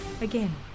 Again